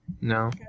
No